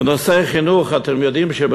בנושא חינוך, אתם יודעים שיש